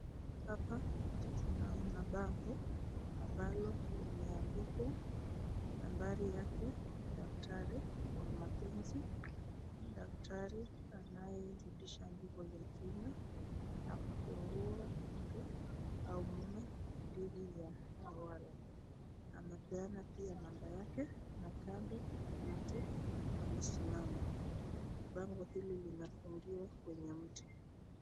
Hapa tunona bango ambalo limeandikwa nambari yake daktari wa mapenzi, daktari anayerudisha nguvu za kiume na kufunga mke au mume dhidi ya hawala. Amepeana pia namba yake, na kando kuna mtu amesimama. Bango hili limefungiwa kwenye mti.